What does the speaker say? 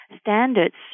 standards